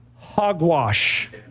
Hogwash